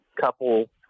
couple